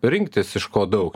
rinktis iš ko daug